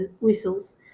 whistles